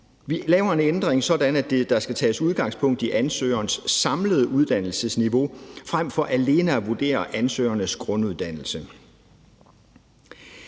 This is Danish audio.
Vi laver en ændring, sådan at der skal tages udgangspunkt i ansøgerens samlede uddannelsesniveau, frem for alene at vurdere ansøgernes grunduddannelse.